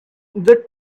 the